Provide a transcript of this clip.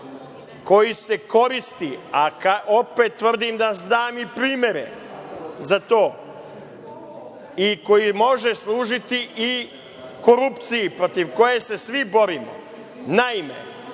koji se koristi, a opet tvrdim da znam i primere za to, i koji može služiti i korupciji, protiv koje se svi borimo. Naime,